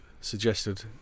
suggested